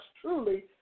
truly